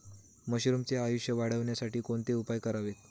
मशरुमचे आयुष्य वाढवण्यासाठी कोणते उपाय करावेत?